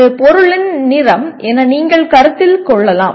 ஒரு பொருளின் நிறம் என நீங்கள் கருத்தில் கொள்ளலாம்